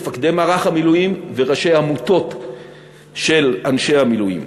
מפקדי מערך המילואים וראשי עמותות של אנשי המילואים.